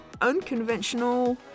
unconventional